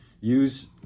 use